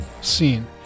scene